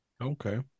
Okay